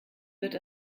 wird